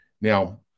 Now